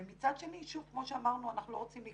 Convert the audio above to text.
אבל כדי שאמון הציבור יחזור,